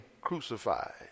crucified